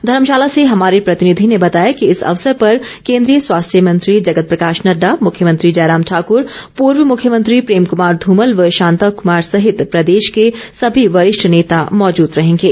धर्मशाला से हमारे प्रतिनिधि ने बताया है कि इस अवसर पर केन्द्रीय स्वास्थ्य मंत्री जगत प्रकाश नड़डा मुख्यमंत्री जयराम ठाक्र पूर्व मुख्यमंत्री प्रेम कमार ध्रमल व शांता क्मार सहित प्रदेश के सभी वरिष्ठ नेता र्माजूद रहेंगे